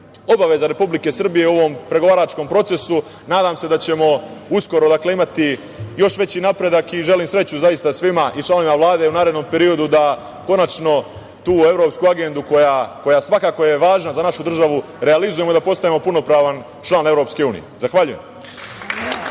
obaveza Republike Srbije u ovom pregovaračkom procesu. Nadam se da ćemo uskoro imati još veći napredak i želim sreću svima i članovima Vlade u narednom periodu da konačnu tu evropsku agendu koja je važna za našu državu, realizujemo i da postanemo punopravan član EU. Hvala.